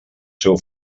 seu